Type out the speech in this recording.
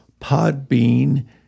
Podbean